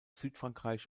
südfrankreich